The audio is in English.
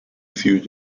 few